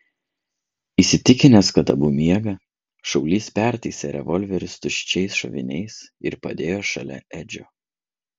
įsitikinęs kad abu miega šaulys pertaisė revolverius tuščiais šoviniais ir padėjo šalia edžio